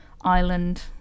island